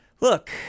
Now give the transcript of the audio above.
Look